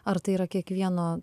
ar tai yra kiekvieno